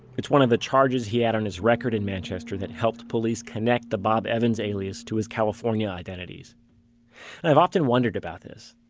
one of the charges he had on his record in manchester that helped police connect the bob evans alias to his california identities i've often wondered about this.